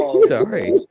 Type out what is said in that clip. Sorry